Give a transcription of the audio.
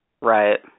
Right